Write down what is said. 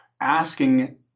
asking